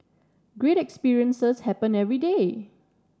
great experiences happen every day